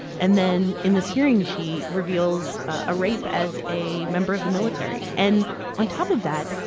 and then in this hearing, she reveals a rape as a member of the military. and on top of that,